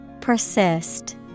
Persist